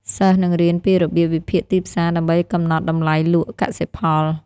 សិស្សនឹងរៀនពីរបៀបវិភាគទីផ្សារដើម្បីកំណត់តម្លៃលក់កសិផល។